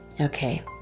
Okay